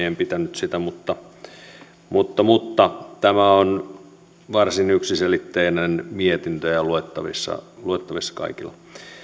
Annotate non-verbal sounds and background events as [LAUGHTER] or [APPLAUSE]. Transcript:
[UNINTELLIGIBLE] en pitänyt sitä mutta tämä on varsin yksiselitteinen mietintö ja luettavissa luettavissa kaikilla